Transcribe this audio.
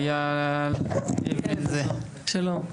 ליאל אבן זהר,